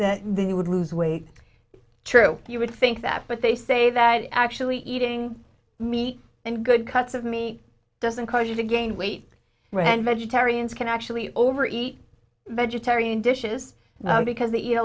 that they would lose weight true you would think that but they say that actually eating meat and good cuts of meat doesn't cause you to gain weight when vegetarians can actually over eat vegetarian dishes now because they eat a